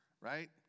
Right